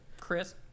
Chris